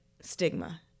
stigma